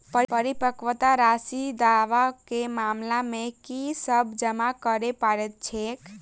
परिपक्वता राशि दावा केँ मामला मे की सब जमा करै पड़तै छैक?